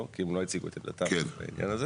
כי הם לא הציגו את עמדתם בעניין הזה.